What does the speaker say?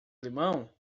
limão